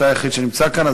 אתה היחיד שנמצא כאן.